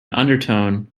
undertone